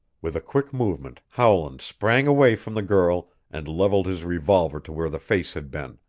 with a quick movement howland sprang away from the girl and leveled his revolver to where the face had been.